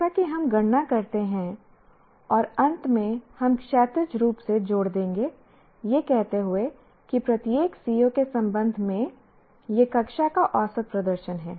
जैसे कि हम गणना करते हैं और अंत में हम क्षैतिज रूप से जोड़ देंगे यह कहते हुए कि प्रत्येक CO के संबंध में यह कक्षा का औसत प्रदर्शन है